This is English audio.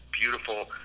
beautiful